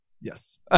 Yes